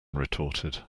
retorted